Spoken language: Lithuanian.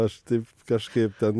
aš taip kažkaip ten